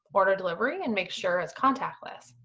order delivery and make sure it's contactless.